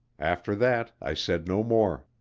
after that i said no more.